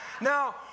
Now